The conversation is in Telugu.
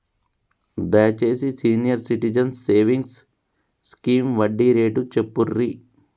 దయచేసి సీనియర్ సిటిజన్స్ సేవింగ్స్ స్కీమ్ వడ్డీ రేటు చెప్పుర్రి